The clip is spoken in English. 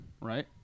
right